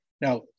Now